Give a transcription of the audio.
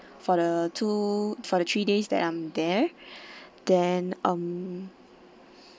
for the two for three days that I'm there then um